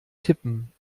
tippen